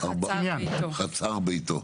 חצר ביתו.